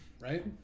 right